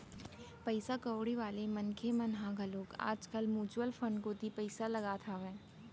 पइसा कउड़ी वाले मनखे मन ह घलोक आज कल म्युचुअल फंड कोती पइसा लगात हावय